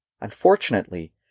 Unfortunately